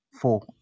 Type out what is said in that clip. Four